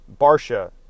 Barsha